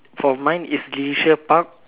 for mine is leisure park